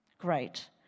great